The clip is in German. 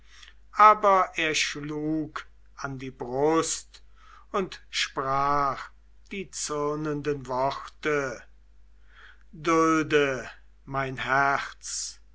aber er schlug an die brust und sprach die zürnenden worte dulde mein herz